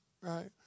right